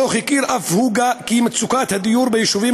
הדוח הכיר אף בכך שמצוקת הדיור ביישובים